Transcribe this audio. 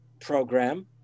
program